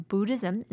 Buddhism